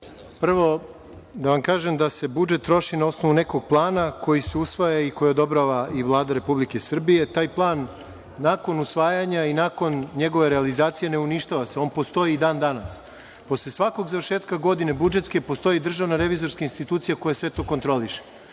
Prvo, da vam kažem da se budžet troši na osnovu nekog plana koji se usvaja i koji odobrava Vlada Republike Srbije. Taj plan nakon usvajanja i nakon njegove realizacije se ne uništava. On postoji i dan danas. Posle svakog završetka budžetske godine, postoji državna revizorska institucija koja sve to kontroliše